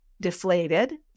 deflated